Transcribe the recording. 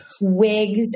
wigs